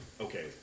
Okay